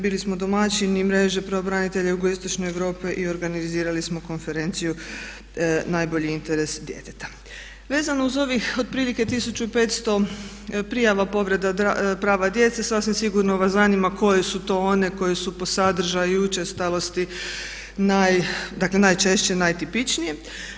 Bili smo domaćini mreže pravobranitelja Jugoistočne Europe i organizirali smo konferenciju „Najbolji interes djeteta.“ Vezano uz ovih otprilike 1500 prijava povreda prava djece sasvim sigurno vas zanima koje su to one koje su po sadržaju i učestalosti najčešće, dakle najtipičnije.